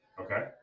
Okay